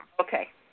Okay